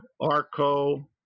Arco